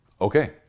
Okay